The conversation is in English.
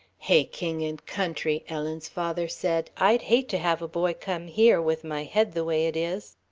hey, king and country, ellen's father said i'd hate to have a boy come here, with my head the way it is.